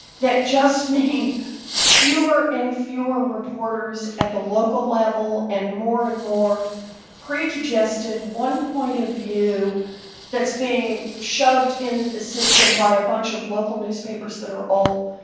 that just mean fewer and fewer reporters at the local level and more and more predigested, one point of view that's really shoved into the system by a bunch of local newspapers that are all,